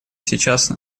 сейчас